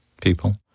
people